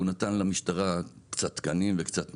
הוא נתן למשטרה קצת תקנים וקצת -- לא,